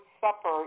supper